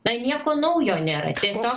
na nieko naujo nėra tiesiog